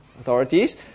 authorities